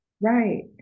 Right